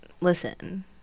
Listen